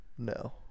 No